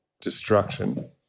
destruction